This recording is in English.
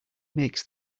makes